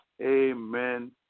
Amen